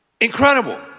incredible